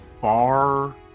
far